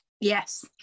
Yes